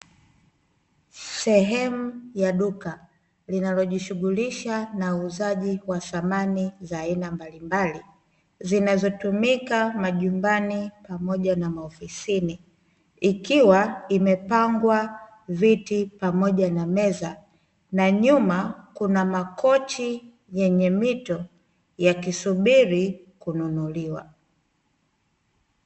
Sehemu ya duka, linalojishughulisha na uuzaji wa samani za aina mbalimbali, zinazotumika majumbani pamoja na maofisini. Ikiwa imepangwa viti pamoja na meza. Na nyuma kuna makochi yenye mito, yakisubiri kununuliwa.